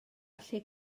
allu